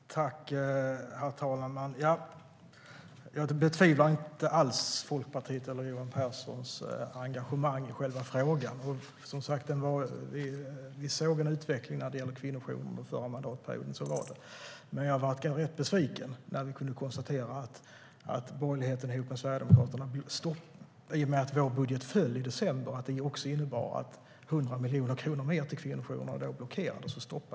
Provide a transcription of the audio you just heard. STYLEREF Kantrubrik \* MERGEFORMAT Svar på interpellationerHerr talman! Jag betvivlar inte alls Folkpartiets eller Johan Pehrsons engagemang i själva frågan. Vi såg en utveckling när det gäller kvinnojourer under förra mandatperioden, men jag blev besviken när vi kunde konstatera att borgerligheten ihop med Sverigedemokraterna fällde vår budget i december. Det innebar att 100 miljoner kronor mer till kvinnojourerna blockerades.